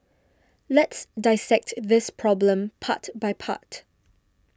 let's dissect this problem part by part